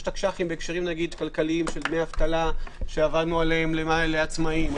יש תקש"חים בהקשרים כלכליים של דמי אבטלה לעצמאיים או